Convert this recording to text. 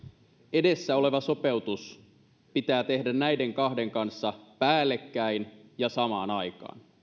edessä oleva sopeutus pitää tehdä näiden kahden kanssa päällekkäin ja samaan aikaan